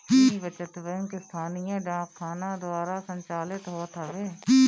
इ बचत बैंक स्थानीय डाक खाना द्वारा संचालित होत हवे